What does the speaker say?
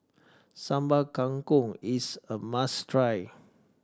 Sambal Kangkong is a must try